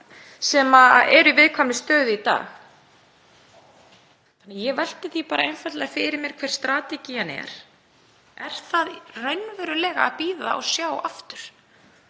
sem eru í viðkvæmri stöðu í dag. Ég velti því einfaldlega fyrir mér hver strategían er. Er það raunverulega að bíða og sjá aftur,